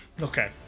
Okay